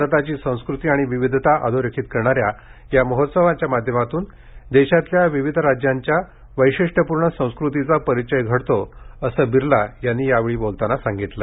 भारताची संस्कृती आणि विविधता अधोरेखित करणाऱ्या या महोत्सवाच्या माध्यमातून देशातल्या विविध राज्यांच्या वैशिष्ट्यपूर्ण संस्कृतीचा परिचय घडतो असं बिर्ला यावेळी बोलताना म्हणाले